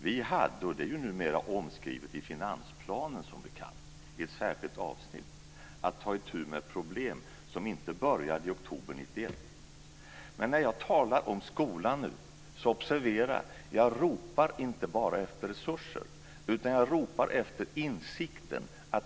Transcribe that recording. Vi hade, och det är som bekant numera omskrivet i ett särskilt avsnitt i finansplanen, att ta itu med problem som inte började i oktober 1991. Men observera: När jag nu talar om skolan ropar jag inte bara efter resurser, utan jag ropar efter insikt.